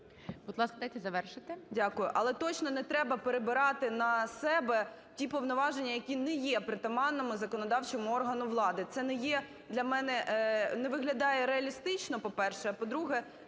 Будь ласка, дайте завершити. СОТНИК О.С. Дякую. Але точно не треба перебирати на себе ті повноваження, які не є притаманними законодавчому органу влади. Це не є для мене, не виглядає реалістично, по-перше. А, по-друге,